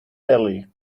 belly